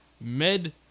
Med